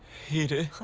here,